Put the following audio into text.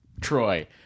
Troy